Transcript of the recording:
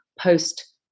post